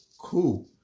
cool